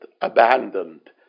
abandoned